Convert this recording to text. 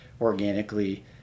organically